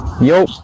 Yo